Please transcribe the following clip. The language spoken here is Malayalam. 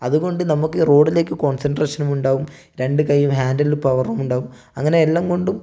അത്കൊണ്ട് നമ്മുക്ക് റോഡിലേക്ക് കോൺസൻട്രേഷനും ഉണ്ടാവും രണ്ട് കയ്യും ഹാൻഡിലിൽ പവറും ഉണ്ടാകും അങ്ങനെ എല്ലാം കൊണ്ടും